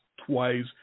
twice